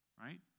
right